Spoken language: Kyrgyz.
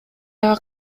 айга